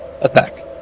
attack